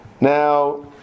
Now